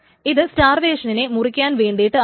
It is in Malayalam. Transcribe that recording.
ഇത് സ്റ്റാർവേഷനിനെ മുറിക്കാൻ വേണ്ടിയിട്ട് ആണ്